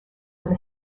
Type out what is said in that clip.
with